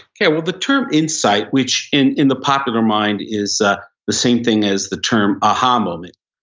okay, well the term insight, which in in the popular mind is ah the same thing as the term aha moment,